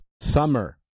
Summer